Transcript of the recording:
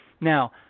Now